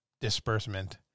disbursement